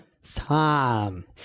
Sam